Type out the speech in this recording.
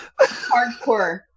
Hardcore